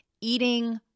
eating